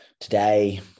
Today